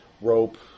Rope